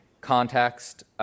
context